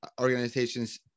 organizations